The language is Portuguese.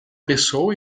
pessoa